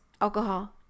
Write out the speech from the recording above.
alcohol